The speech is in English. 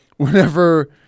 Whenever